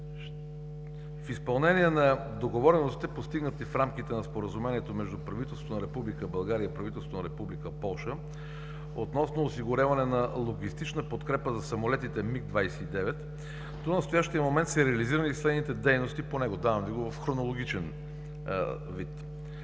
В изпълнение на договореностите, постигнати в рамките на Споразумението между правителството на Република България и правителството на Република Полша относно осигуряване на логистична подкрепа за самолетите МиГ-29 до настоящия момент са реализирани следните дейности по него, давам го в хронологичен вид.